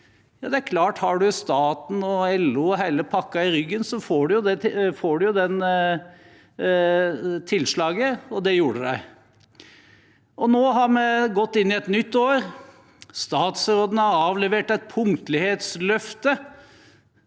Det er klart at om man har staten, LO og hele pakken i ryggen, så får man det tilslaget – og det gjorde de. Nå har vi gått inn i et nytt år. Statsråden har avlevert et punktlighetsløfte.